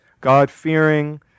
God-fearing